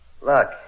Look